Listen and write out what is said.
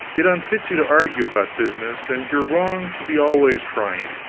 it unfits you to argue about business, and you're wrong to be always trying.